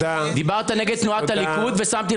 דיברת נגד תנועת הליכוד ושמתי לך נקודה.